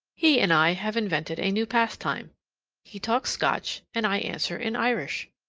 he and i have invented a new pastime he talks scotch, and i answer in irish.